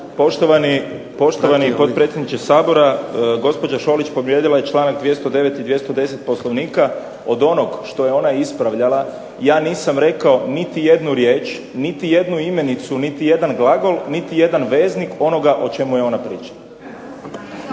Poštovani potpredsjedniče Sabora gospođa Šolić povrijedila je čl. 209. i 210. Poslovnika. Od onog što je ona ispravljala ja nisam rekao niti jednu riječ, niti jednu imenicu, niti jedan glagol, niti jedan veznik onoga o čemu je ona pričala.